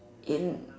in